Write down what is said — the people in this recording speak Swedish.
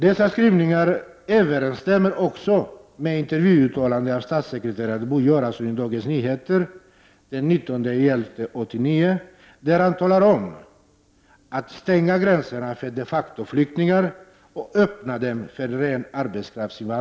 Dessa skrivningar överensstämmer också med intervjuuttalanden av statssekreterare Bo Göransson i Dagens Nyheter den 19 november 1989, där han talar om att stänga gränserna för de facto-flyktingar.